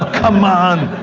come on,